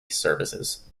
services